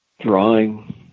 drawing